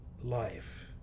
life